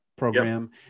program